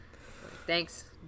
thanks